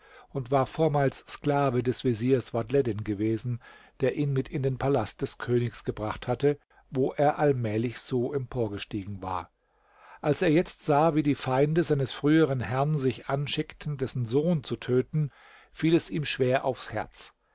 und war vormals sklave des veziers vadhleddin gewesen der ihn mit in den palast des königs gebracht hatte wo er allmählich so emporgestiegen war als er jetzt sah wie die feinde seines früheren herren sich anschickten dessen sohn zu töten fiel es ihm schwer aufs herz